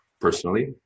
personally